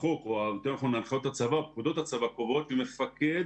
פקודות הצבא קובעות שמפקד